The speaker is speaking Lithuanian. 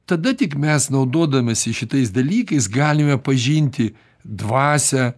tada tik mes naudodamiesi šitais dalykais galime pažinti dvasią